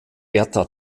bertha